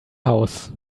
house